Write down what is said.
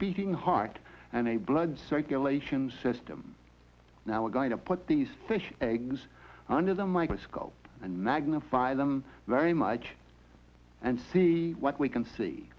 beating heart and the blood circulation system now we're going to put these fish eggs under the microscope and magnify them very much and see what we can see